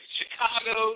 Chicago